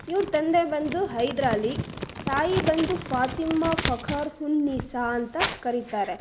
ಇವ್ರ ತಂದೆ ಬಂದು ಹೈದರಾಲಿ ತಾಯಿ ಬಂದು ಫಾತಿಮಾ ಫಖ್ರ್ ಉನ್ನಿಸಾ ಅಂತ ಕರೀತಾರೆ